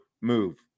move